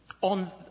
On